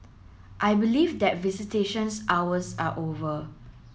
I believe that visitations hours are over